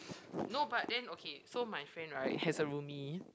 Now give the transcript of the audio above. no but then okay so my friend right has a roomie